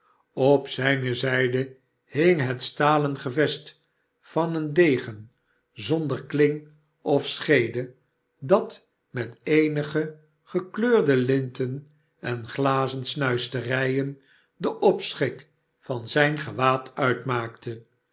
op ziine zijde hing het stalen gevest van een degen zonder klmg of scheede dat met eenige gekleurde linten en glazen snuisterijen den opschik van zijn gewaad uitmaakte